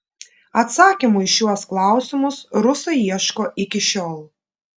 atsakymų į šiuos klausimus rusai ieško iki šiol